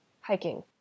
hiking